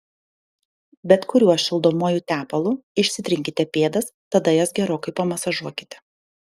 bet kuriuo šildomuoju tepalu išsitrinkite pėdas tada jas gerokai pamasažuokite